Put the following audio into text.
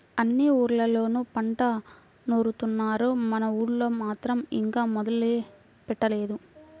అన్ని ఊర్లళ్ళోనూ పంట నూరుత్తున్నారు, మన ఊళ్ళో మాత్రం ఇంకా మొదలే పెట్టలేదు